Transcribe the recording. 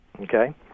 Okay